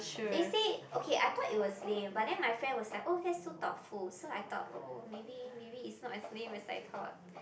they say okay I thought it was lame but then my friend was like oh that's so thoughtful so I thought oh maybe maybe it's not as lame as I thought